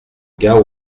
gars